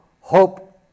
hope